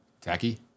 tacky